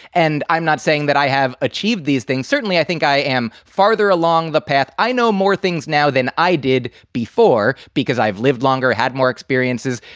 and i'm not saying that i have achieved these things. certainly, i think i am farther along the path. i know more things now than i did before because i've lived longer, had more experiences.